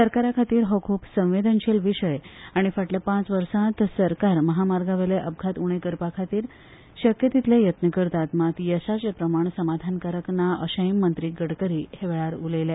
सरकारा खातीर हो खूब संवेदनशील विशय आनी फाटल्या पांच वर्सांत सरकार म्हामागावेले अपघात उणे करपा खातीर जाता तितले येत्न करतात मात येसार्चे प्रमाण समाधानकारक ना अशेंय मंत्री गडकरी ह्या वेळार उतलयले